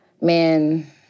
Man